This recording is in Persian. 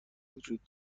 وجود